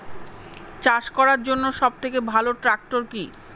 চাষ করার জন্য সবথেকে ভালো ট্র্যাক্টর কি?